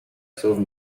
sauve